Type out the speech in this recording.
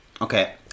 Okay